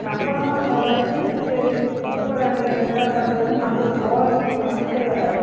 நம்மதான் அப்போ வந்து சரி கூப்பிட்றாங்களே என்னடா பண்ணுறதுன்னு நம்மளுக்கு போகிறதுக்கே மனதே வராது